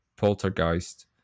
Poltergeist